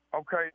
Okay